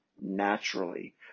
naturally